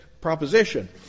proposition